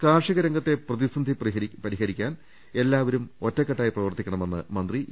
കാർഷിക രംഗത്തെ പ്രതിസന്ധി പരിഹരിക്കാൻ എല്ലാവരും ഒറ്റ ക്കെട്ടായി പ്രവർത്തിക്കണമെന്ന് മന്ത്രി ഇ